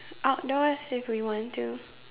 outdoors if we want to